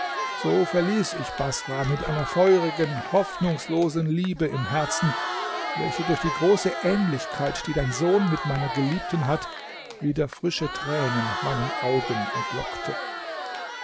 so verließ ich baßrah mit einer feurigen hoffnungslosen liebe im herzen welche durch die große ähnlichkeit die dein sohn mit meiner geliebten hat wieder frische tränen meinen augen entlockte